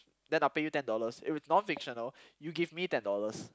then I'll pay you ten dollars if it's non fictional you give me ten dollars